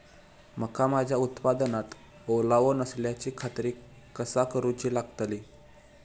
मका माझ्या उत्पादनात ओलावो नसल्याची खात्री कसा करुची लागतली?